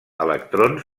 electrons